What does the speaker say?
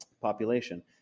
population